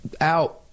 out